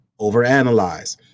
overanalyze